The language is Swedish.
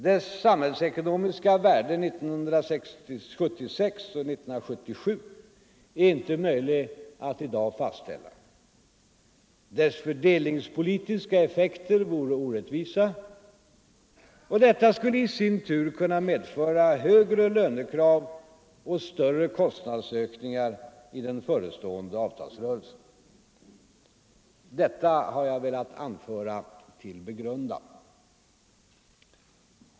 Dess samhällsekonomiska värde 1976 och 1977 är det inte möjligt att i dag fastställa. Dess fördelningspolitiska effekter vore orättvisa. Detta skulle i sin tur kunna medföra högre lönekrav och större kostnadsökningar i den förestående avtalsrörelsen. Detta har jag velat anföra till begrundan.